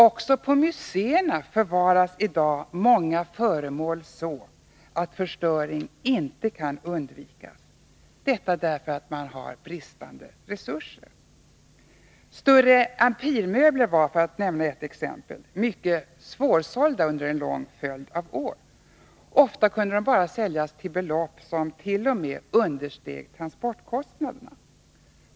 Också på museerna förvaras i dag många föremål så — på grund av bristande resurser — att förstöring inte kan undvikas. Jag kan, för att nämna ett exempel, peka på att större empirmöbler under en lång följd av år var mycket svårsålda. Ofta kunde de säljas bara till belopp som t.o.m. understeg transportkostnaderna.